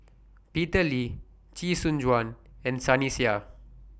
Peter Lee Chee Soon Juan and Sunny Sia